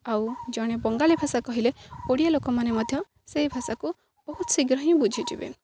ଆଉ ଜଣେ ବଙ୍ଗାଳୀ ଭାଷା କହିଲେ ଓଡ଼ିଆ ଲୋକମାନେ ମଧ୍ୟ ସେଇ ଭାଷାକୁ ବହୁତ ଶୀଘ୍ର ହିଁ ବୁଝିଯିବେ